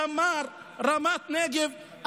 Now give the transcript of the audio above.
תמר ורמת נגב.